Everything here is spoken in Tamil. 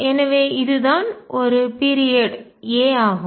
எனவே இதுதான் ஒரு பீரியட் குறித்த கால அளவு a ஆகும்